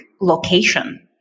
location